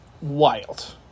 Wild